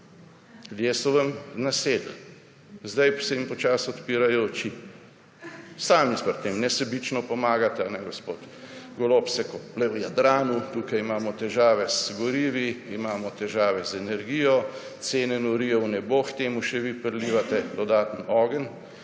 so vam nasedli. Zdaj se jim počasi odpirajo oči. Sami pri tem nesebično pomagate. Gospod Golob se kopa v Jadranu. Tukaj imamo težave z gorivi, imamo težave z energijo, cene norijo v nebo, k temu še vi prilivate dodaten ogenj.